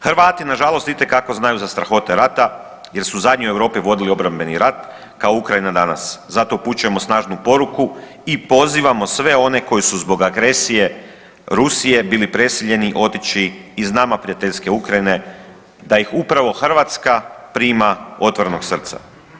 Hrvati nažalost itekako znaju za strahote rata jer su zadnji u Europi vodili obrambeni rat kao Ukrajina danas, zato upućujemo snažnu poruku i pozivamo sve one koji su zbog agresije Rusije bili prisiljeni otići iz nama prijateljske Ukrajine da ih upravo Hrvatska prima otvorenog srca.